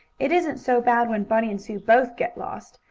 it isn't so bad when bunny and sue both get lost,